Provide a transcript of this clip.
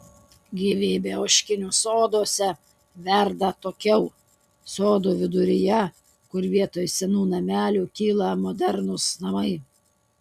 gyvybė ožkinių soduose verda atokiau sodų viduryje kur vietoj senų namelių kyla modernūs namai